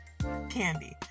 candy